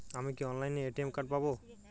আমি কি অনলাইনে এ.টি.এম কার্ড পাব?